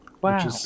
wow